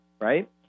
right